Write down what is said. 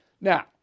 Now